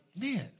man